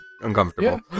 uncomfortable